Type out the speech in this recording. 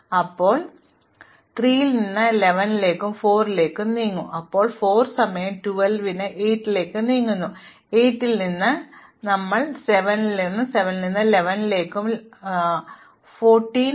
അതിനാൽ ഞങ്ങൾ 3 സമയം 3 ൽ പ്രവേശിക്കുന്നു 3 ൽ നിന്ന് 11 ലേക്ക് 4 ലേക്ക് നീങ്ങും ഇപ്പോൾ 4 സമയം 12 ന് 8 ലേക്ക് നീങ്ങുന്നു 8 ൽ നിന്ന് ഞങ്ങൾ ഇതിലേക്ക് നീങ്ങുന്നു സന്ദർശിക്കാത്ത ഏറ്റവും ചെറിയ അയൽക്കാർ ഇത് 7 സമയം 13 ആണ് 7 ൽ നിന്ന് 11 സമയത്തേക്ക് 14 ഇപ്പോൾ 11 ന് 7 ഉം 8 ഉം പര്യവേക്ഷണം ചെയ്യാൻ പുതിയ അയൽവാസികളില്ല